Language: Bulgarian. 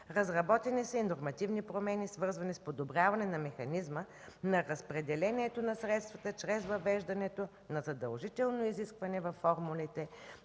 Разработени са и нормативни промени, свързани с подобряване на механизма на разпределение на средствата чрез въвеждането на задължително изискване във формулите